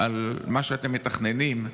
על מה שאתם מתכננים,